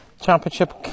championship